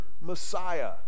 Messiah